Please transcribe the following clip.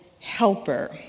helper